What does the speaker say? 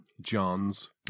John's